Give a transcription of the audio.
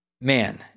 Man